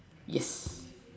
yes